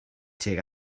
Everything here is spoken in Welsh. tuag